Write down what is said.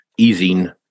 easing